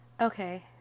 Okay